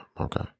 okay